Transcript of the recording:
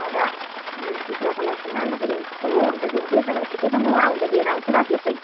र कुखुराको मासुमा हाल्दाखेरि मिठ्ठो हुन्छ त्यसले त्यसो भए ठिकै छ म आउँदा लिएर आउँछु ल त्यो चाहिँ